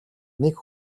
нэг